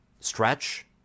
Stretch